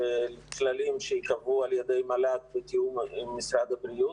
כללים שייקבעו על ידי מל"ג בתיאום עם משרד הבריאות,